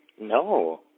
No